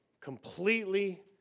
completely